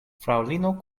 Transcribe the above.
fraŭlino